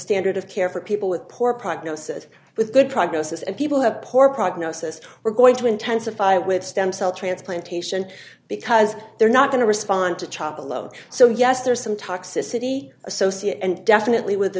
standard of care for people with poor prognosis with good prognosis and people have poor prognosis we're going to intensify with stem cell transplantation because they're not going to respond to chop alone so yes there's some toxicity associate and definitely with the